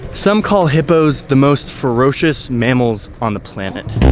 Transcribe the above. some call hippos the most ferocious mammals on the planet.